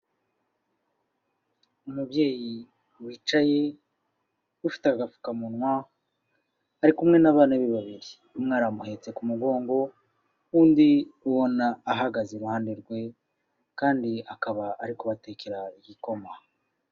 Umubyeyi wicaye ufite agapfukamunwa ari kumwe n'abana be babiri umwe aramuhetse ku mugongo, undi ubona ahagaze iruhande rwe kandi akaba ari kubatekera igikoma.